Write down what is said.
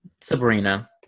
Sabrina